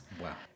Wow